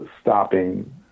stopping